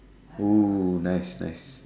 !woo! nice nice